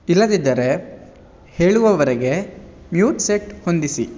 ಇಲ್ಲದಿದ್ದರೆ ಹೇಳುವವರೆಗೆ mute set ಹೊಂದಿಸಿ